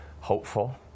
hopeful